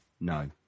No